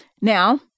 Now